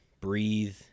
breathe